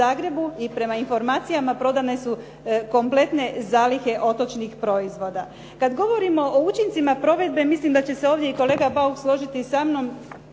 I prema informacijama prodane su kompletne zalihe otočnih proizvoda. Kad govorimo o učincima provedbe, mislim da će se ovdje i kolega Bauk složiti sa mnom,